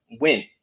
win